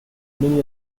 many